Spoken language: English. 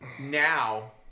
Now